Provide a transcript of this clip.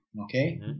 okay